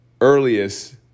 earliest